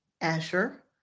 Asher